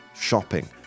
shopping